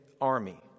army